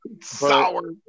Sour